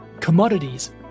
commodities